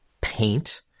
paint